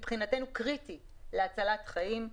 מבחינתנו זה קריטי להצלת חיים.